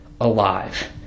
alive